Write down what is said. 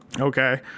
Okay